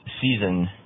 season